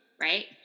right